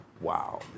Wow